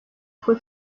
fue